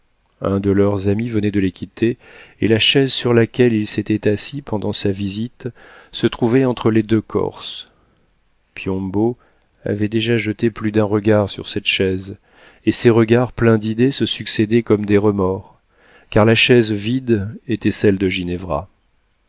un de leurs amis venait de les quitter et la chaise sur laquelle il s'était assis pendant sa visite se trouvait entre les deux corses piombo avait déjà jeté plus d'un regard sur cette chaise et ces regards pleins d'idées se succédaient comme des remords car la chaise vide était celle de ginevra